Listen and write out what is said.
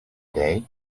day